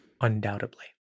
undoubtedly